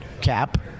Cap